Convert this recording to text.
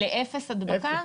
לאפס הדבקה?